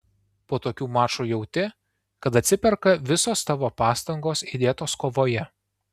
po tokių mačų jauti kad atsiperka visos tavo pastangos įdėtos kovoje